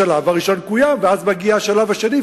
השלב הראשון קוים, ואז מגיע השלב השני.